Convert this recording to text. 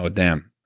ah damn.